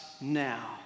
Now